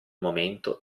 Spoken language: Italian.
momento